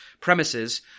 premises